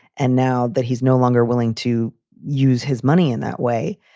and now that he's no longer willing to use his money in that way,